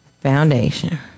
Foundation